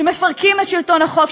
שמפרקים את שלטון החוק,